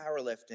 Powerlifting